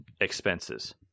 expenses